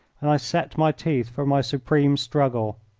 and i set my teeth for my supreme struggle.